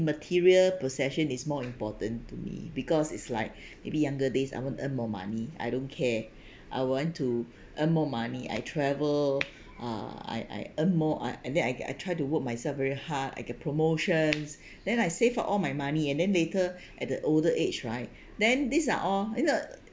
material possession is more important to me because it's like maybe younger days I want earn more money I don't care I want to earn more money I travel ah I I earn more I and then I ge~ I try to work myself very hard I get promotions then I save for all my money and then later at the older age right then this are all you know